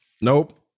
nope